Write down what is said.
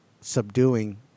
subduing